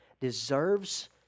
deserves